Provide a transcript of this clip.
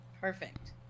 Perfect